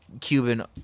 Cuban